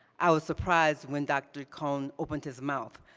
i was surprised when dr. cone opened his mouth.